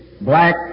black